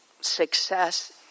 success